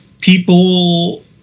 people